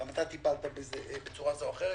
גם אתה טיפלת בזה בצורה זו או אחרת,